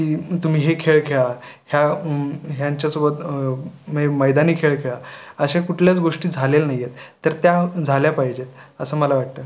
की तुम्ही हे खेळ खेळा ह्या ह्यांच्यासोबत म्हणजे मैदानी खेळ खेळा अशा कुठल्याच गोष्टी झालेल्या नाही आहेत तर त्या झाल्या पाहिजेत असं मला वाटतं